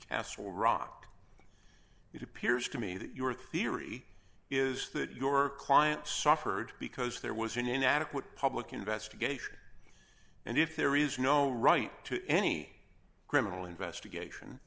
castle rock it appears to me that your theory is that your client suffered because there was an inadequate public investigation and if there is no right to any criminal investigation